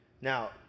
Now